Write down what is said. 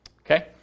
Okay